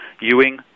Ewing